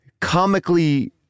comically